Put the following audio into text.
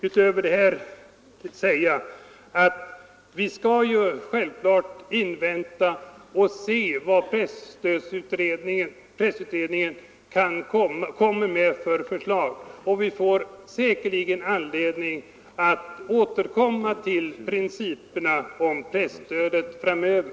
Utöver det här vill jag säga att vi självfallet skall invänta vad pressutredningen kan lägga fram för förslag. Vi får säkerligen anledning att återkomma till principerna för presstödet framöver.